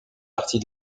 partie